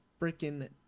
freaking